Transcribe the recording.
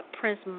Prince